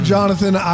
Jonathan